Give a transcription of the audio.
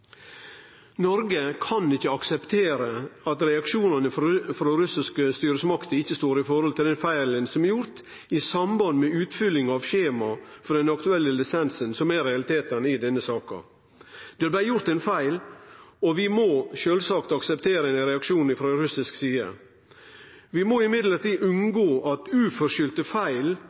Noreg kan ikkje akseptere at reaksjonane frå russiske styresmakter ikkje står i forhold til den feilen som er gjort i samband med utfylling av skjema for den aktuelle lisensen, som er realitetane i denne saka. Det blei gjort ein feil, og vi må sjølvsagt akseptere ein reaksjon frå russisk side. Vi må derimot unngå at uforskyldte feil,